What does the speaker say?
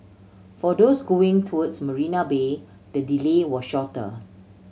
for those going towards Marina Bay the delay was shorter